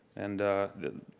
and the